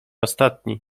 ostatni